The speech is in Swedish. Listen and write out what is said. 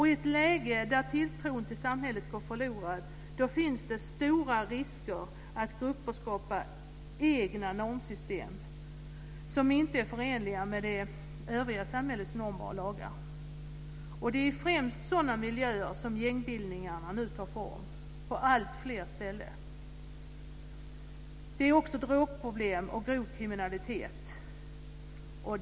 I ett läge där tilltron till samhället går förlorad finns det stora risker att grupper skapar egna normsystem som inte är förenliga med det övriga samhällets normer och lagar. Det är främst i sådana miljöer som gängbildningar nu tar form på alltfler ställen. Där finns också drogproblem och grov kriminalitet.